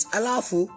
alafu